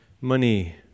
money